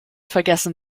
vergessen